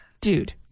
Dude